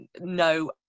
no